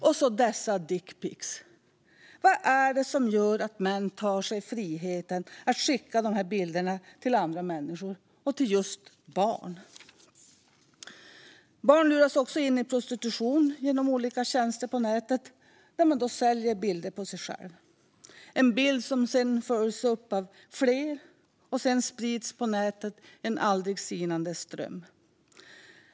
Och så har vi dessa dickpicks. Vad är det som gör att män tar sig friheten att skicka dessa bilder till andra människor - och till just barn? Barn luras även in i prostitution genom olika tjänster på nätet där man säljer bilder på sig själv. En bild följs upp av fler, och sedan sprids de på nätet i en aldrig sinande ström.